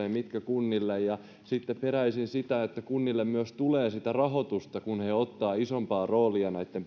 ja mitkä kunnille ja sitten peräisin sitä että kunnille myös tulee sitä rahoitusta kun ne ottavat isompaa roolia näitten